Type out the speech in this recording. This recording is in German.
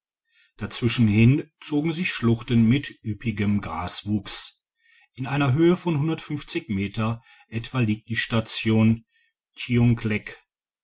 war dazwischenhin zogen sich schluchten mit üppigem graswuchs in einer höhe von meter etwa liegt die station